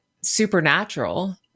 supernatural